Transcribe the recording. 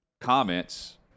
comments